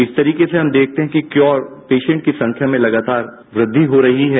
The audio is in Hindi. इस तरीके से हम देखते हैं कि क्यौर पेशेन्ट्स की संख्या में लगातार वृद्धि हो रही है